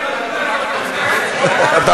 גם אני אוהב.